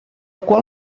qual